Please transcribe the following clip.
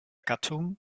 gattung